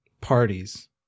parties